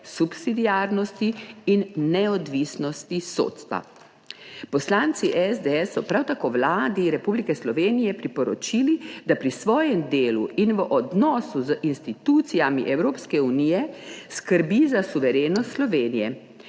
subsidiarnosti in neodvisnosti sodstva. Poslanci SDS so prav tako Vladi Republike Slovenije priporočili, da pri svojem delu in v odnosu z institucijami Evropske unije skrbi za suverenost Slovenije,